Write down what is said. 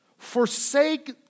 forsake